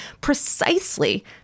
precisely